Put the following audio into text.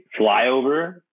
flyover